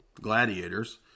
gladiators